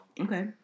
Okay